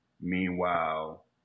Meanwhile